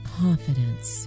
confidence